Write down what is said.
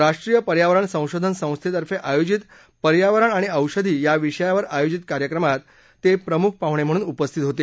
राष्ट्रीय पर्यावरण संशोधन संस्थेतर्फे आयोजित पर्यावरण आणि औषधी या विषयावर आयोजित कार्यक्रमात ते प्रमुख पाहणे म्हणून उपस्थित होते